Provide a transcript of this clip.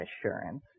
assurance